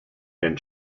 and